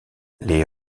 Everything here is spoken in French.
les